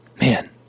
Man